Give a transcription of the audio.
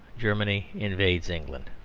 germany invades england.